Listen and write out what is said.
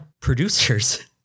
producers